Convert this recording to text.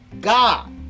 God